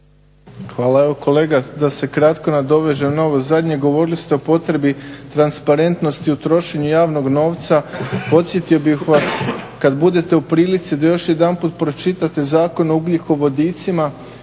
Evo kolega da se kratko nadovežem na ovo zadnje. Govorili ste o potrebi transparentnosti u trošenju javnog novca, podsjetio bih vas kad budete u prilici da još jedanput pročitate Zakon o ugljikovodicima